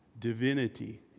divinity